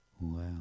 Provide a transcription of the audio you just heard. wow